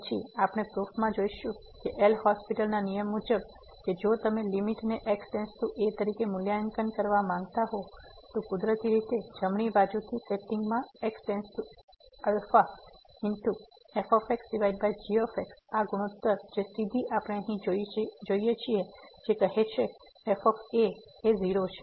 પછી આપણે પ્રૂફમાં જોશું કે એલ હોસ્પિટલL'Hospital ના નિયમ મુજબ કે જો તમે લીમીટ ને x a તરીકે મૂલ્યાંકન કરવા માંગતા હો તો કુદરતી રીતે જમણી બાજુથી સેટિંગ માં x→af g આ ગુણોત્તર જે સીધી આપણે અહીં જોઈએ છીએ કે જે કહે છે f 0 છે